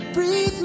Breathe